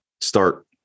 start